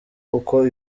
uko